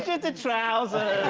the trousers!